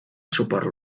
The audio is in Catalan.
suport